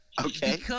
Okay